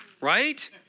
right